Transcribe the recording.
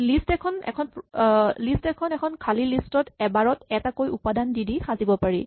list এখন এখন খালী লিষ্ট ত এবাৰত এটা উপাদান দি দি সাজিব পাৰি